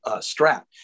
strap